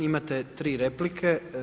Imate tri replike.